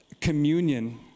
Communion